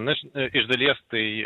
na iš dalies tai